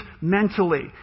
mentally